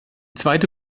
zweite